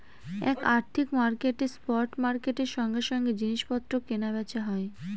এক আর্থিক মার্কেটে স্পট মার্কেটের সঙ্গে সঙ্গে জিনিস পত্র কেনা বেচা হয়